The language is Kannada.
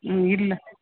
ಹ್ಞೂ ಇಲ್ಲ